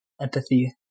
empathy